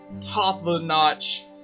top-of-the-notch